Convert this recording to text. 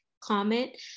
comment